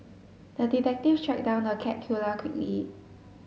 the detective tracked down the cat killer quickly